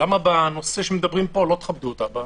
למה בנושא הזה לא תכבדו אותה?